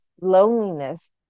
loneliness